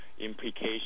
implication